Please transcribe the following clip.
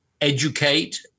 educate